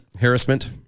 harassment